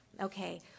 Okay